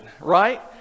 right